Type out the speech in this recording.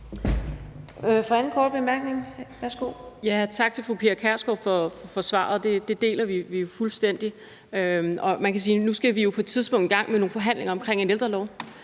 Tak til fru Pia Kjærsgaard for svaret. Det deler vi fuldstændig. Nu skal vi jo på et tidspunkt i gang med nogle forhandlinger om en ældrelov,